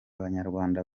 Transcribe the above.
banyarwanda